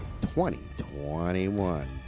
2021